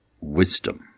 wisdom